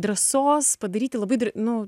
drąsos padaryti labai nu